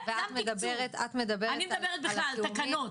אני מדברת בכלל על התקנות.